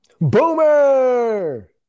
boomer